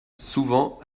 souvent